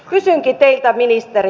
kysynkin teiltä ministeri